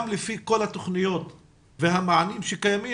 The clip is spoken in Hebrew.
גם לפי כל התוכניות והמענים שקיימים,